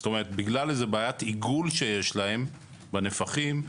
בגלל בעיית עיגול שיש להם בנפחים.